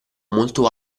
molto